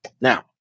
Now